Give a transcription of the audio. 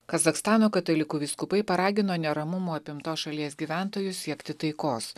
kazachstano katalikų vyskupai paragino neramumų apimtos šalies gyventojus siekti taikos